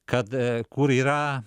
kad kur yra